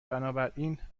بنابراین